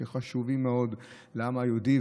שהם חשובים מאוד לעם היהודי,